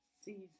season